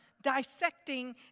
dissecting